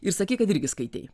ir sakei kad irgi skaitei